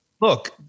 Look